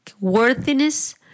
Worthiness